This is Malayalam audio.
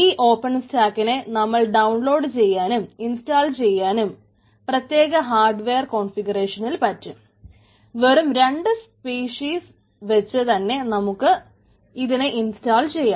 ഈ ഓപ്പൺ സ്റ്റാക്കിനെ വച്ച് തന്നെ നമുക്ക് ഇതിനെ ഇൻസ്റ്റാൾ ചെയ്യാം